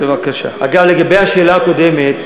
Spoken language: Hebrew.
אגב, לגבי השאלה הקודמת,